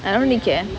I don't really care